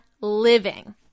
living